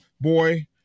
boy